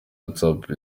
whatsapp